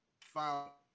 file